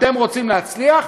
אתם רוצים להצליח,